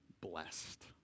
blessed